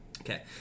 Okay